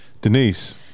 Denise